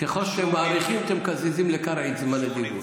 ככל שאתם מאריכים אתם מקזזים לקרעי את זמן הדיבור.